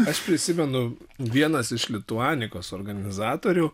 aš prisimenu vienas iš lituanikos organizatorių